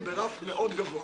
המתואר.